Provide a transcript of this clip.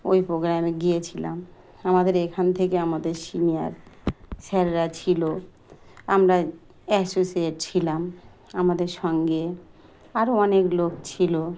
ওই প্রোগ্রামে গিয়েছিলাম আমাদের এখান থেকে আমাদের সিনিয়র স্যাররা ছিল আমরা অ্যাসোসিয়েট ছিলাম আমাদের সঙ্গে আরও অনেক লোক ছিলো